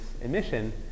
emission